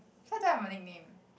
so I don't have a nickname